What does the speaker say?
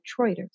Detroiters